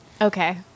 Okay